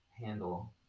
handle